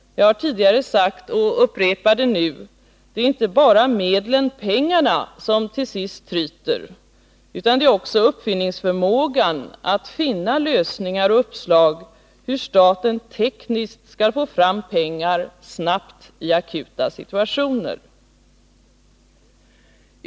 Jag har tidigare sagt — och upprepar det nu — det är inte bara medlen/pengarna som till sist tryter, utan det är också förmågan att finna lösningar och uppslag till hur staten tekniskt skall få fram pengar snabbt i akuta situationer.